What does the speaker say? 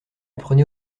prenez